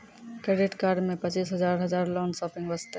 Credit card मे पचीस हजार हजार लोन शॉपिंग वस्ते?